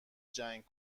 جنگ